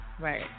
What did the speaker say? right